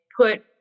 put